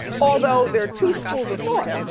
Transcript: although, there are two schools of thought.